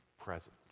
present